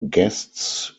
guests